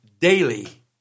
daily